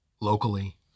locally